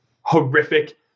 horrific